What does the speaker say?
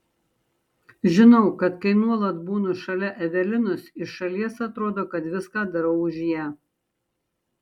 žinau kad kai nuolat būnu šalia evelinos iš šalies atrodo kad viską darau už ją